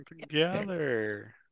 together